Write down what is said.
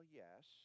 yes